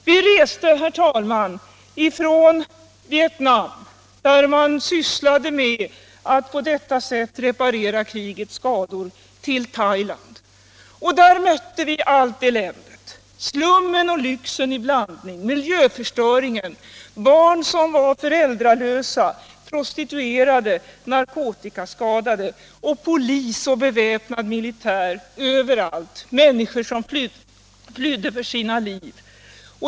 Vi reste, herr talman, från Vietnam, där man sysslade med att på detta sätt reparera krigets skador, till Thailand. Där mötte vi allt elände —- slummen och lyxen i blandning, miljöförstöringen, föräldralösa barn, prostituerade, narkotikaskadade, polis och beväpnad militär överallt, människor som flydde för sina liv.